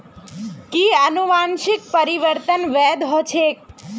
कि अनुवंशिक परिवर्तन वैध ह छेक